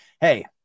hey